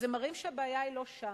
הם מראים שהבעיה היא לא שם,